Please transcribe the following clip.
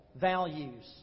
values